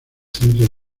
centro